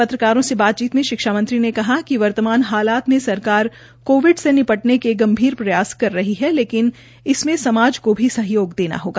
पंत्रकारों से बातचीत में शिक्षा मंत्री ने कहा कि वर्तमान हालात मे सरकार कोविड से निपटने के गंभीर प्रयास कर रही है लेकिन इसमें समाज को भी सहयोग देना होगा